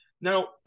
Now